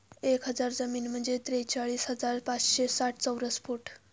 एक एकर जमीन म्हणजे त्रेचाळीस हजार पाचशे साठ चौरस फूट